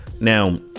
now